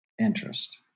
Interest